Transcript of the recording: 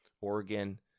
Oregon